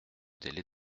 délai